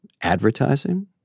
advertising